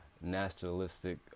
nationalistic